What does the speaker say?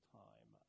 time